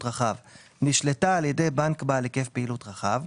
רחב נשלטה על ידי בנק בעל היקף פעילות רחב"